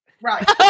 right